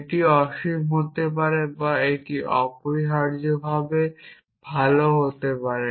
এটি অসীম হতে পারে বা এটি অপরিহার্যভাবে ভালও হতে পারে